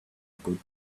good